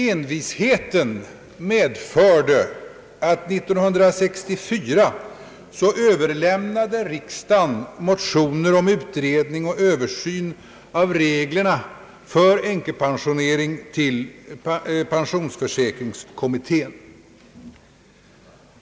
Envisheten medförde att riksdagen år 1964 överlämnade motioner om utredning och översyn av reglerna för änkepensioneringen = till pensionsförsäkringskommittén.